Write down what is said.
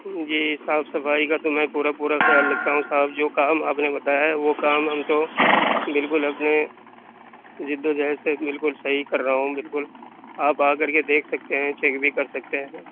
جی صاف صفائی کا تو میں پورا پورا خیال رکھتا ہوں صاحب جو کام آپ نے بتایا ہے وہ کام ہم تو بالکل اپنے جِد و جہد سے بالکل صحیح کر رہا ہوں بالکل آپ آ کر کے دیکھ سکتے ہیں چیک بھی کر سکتے ہیں